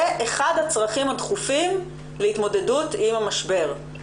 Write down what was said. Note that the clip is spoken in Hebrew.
זה אחד הצרכים הדחופים להתמודדות עם משבר,